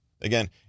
Again